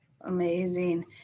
Amazing